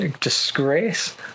disgrace